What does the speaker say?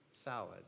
salad